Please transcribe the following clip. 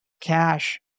cash